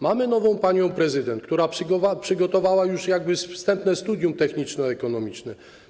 Mamy nową panią prezydent, która przygotowała już wstępne studium techniczno-ekonomiczne.